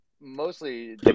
mostly